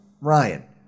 Ryan